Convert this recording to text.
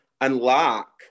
unlock